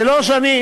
זה לא שאני,